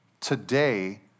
Today